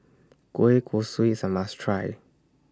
Kueh Kosui IS A must Try